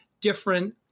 different